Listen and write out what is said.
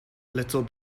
little